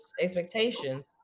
expectations